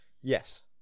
Yes